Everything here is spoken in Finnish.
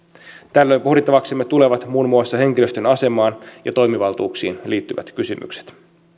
tällöin pohdittavaksemme tulevat muun muassa henkilöstön asemaan ja toimivaltuuksiin liittyvät kysymykset